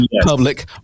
Public